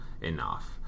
enough